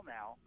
now